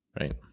right